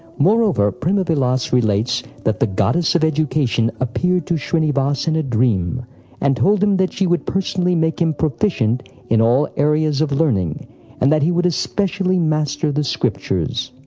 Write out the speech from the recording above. moreover, prema-vilas relates that the goddess of education appeared to shrinivas in a dream and told him that she would personally make him proficient in all areas of learning and that he would especially master the scriptures.